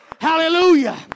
Hallelujah